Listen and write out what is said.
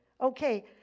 Okay